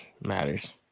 matters